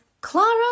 Clara